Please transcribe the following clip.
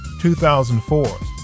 2004